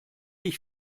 ich